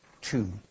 two